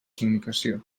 comunicació